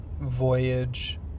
voyage